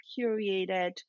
curated